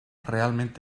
realment